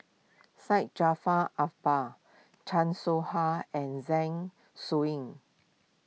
Syed Jaafar Albar Chan Soh Ha and Zeng Shouyin